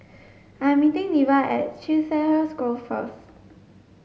I'm meeting Diya at Chiselhurst Grove first